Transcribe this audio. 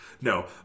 no